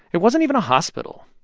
it wasn't even a hospital.